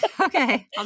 okay